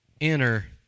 enter